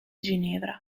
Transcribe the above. ginevra